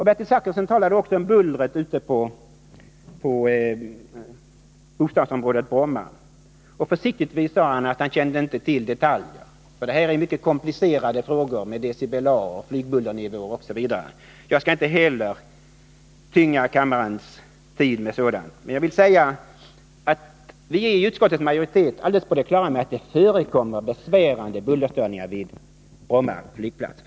Bertil Zachrisson talade också om bullret i bostadsområdet Bromma. Försiktigtvis sade han att han inte kände till detaljer, och detta är mycket komplicerade frågor — vi talar bl.a. om dBA, flygbullernivåer osv. Jag skall inte heller tynga kammaren med sådant, men jag vill säga att utskottets majoritet är helt på det klara med att det för de kringboende förekommer besvärande bullerstörningar vid Bromma flygplats.